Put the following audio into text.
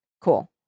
Cool